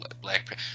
black